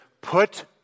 put